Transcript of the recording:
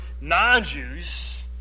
non-Jews